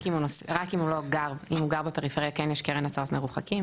רק אם הוא גר בפריפריה כן יש קרן הוצאות מרחקים,